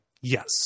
Yes